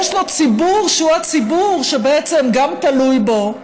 יש לו ציבור, שהוא הציבור שבעצם גם תלוי בו,